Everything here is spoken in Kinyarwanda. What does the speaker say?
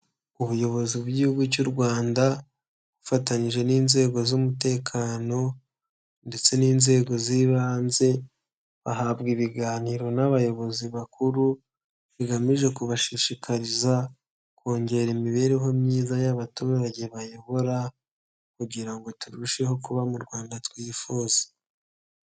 Ubuyobozi bw'Igihugu cy'u Rwanda bufatanyije n'inzego z'umutekano ndetse n'inzego z'ibanze, bahabwa ibiganiro n'abayobozi bakuru bigamije kubashishikariza kongera imibereho myiza y'abaturage bayobora kugira ngo turusheho kuba mu Rwanda twifuza.